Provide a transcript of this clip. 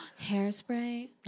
Hairspray